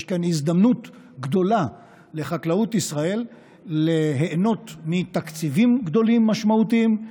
יש כאן הזדמנות גדולה לחקלאות ישראל ליהנות מתקציבים גדולים ומשמעותיים,